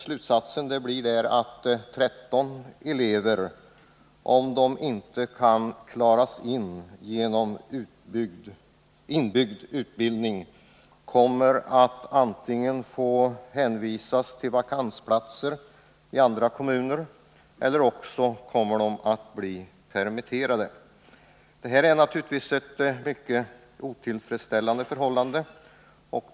Slutsatsen blir att 13 elever, om de inte kan genomgå inbyggd utbildning, antingen får hänvisas till vakansplatser i andra kommuner eller också blir permitterade. Detta är naturligtvis ett mycket otillfredsställande förhållande.